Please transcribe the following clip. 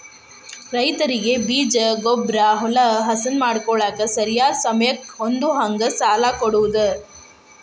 ರೈತರಿಗೆ ಬೇಜ, ಗೊಬ್ಬ್ರಾ, ಹೊಲಾ ಹಸನ ಮಾಡ್ಕೋಳಾಕ ಸರಿಯಾದ ಸಮಯಕ್ಕ ಹೊಂದುಹಂಗ ಸಾಲಾ ಕೊಡುದ